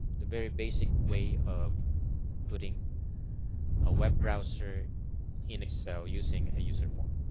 the very basic way of putting a web browser in excel using a userform